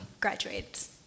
graduates